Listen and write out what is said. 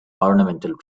ornamental